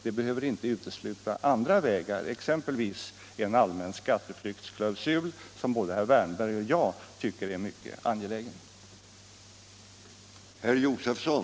Det behöver inte utesluta andra vägar, exempelvis en allmän skatteflyktsklausul, som både herr Wärnberg och jag tycker är mycket angelägen.